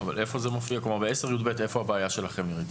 ב-10יב, היכן הבעיה שלכם?